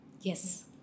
Yes